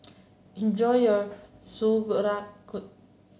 enjoy your